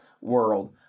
world